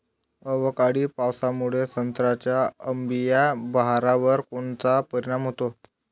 अवकाळी पावसामुळे संत्र्याच्या अंबीया बहारावर कोनचा परिणाम होतो?